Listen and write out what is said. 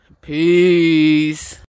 Peace